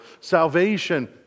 Salvation